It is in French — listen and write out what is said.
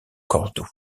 cordoue